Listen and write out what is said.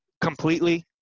completely